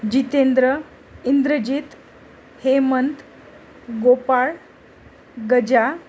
Jitendra Indrajit Hemant Gopal Gaja